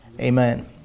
Amen